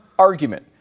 Argument